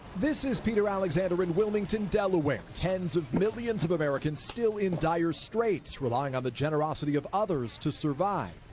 this is peter alexander in wilmington, delaware tens of millions of americans still in dire straits relying on the generosity of others to survive.